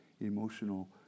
emotional